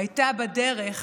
הייתה בדרך